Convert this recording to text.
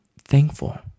thankful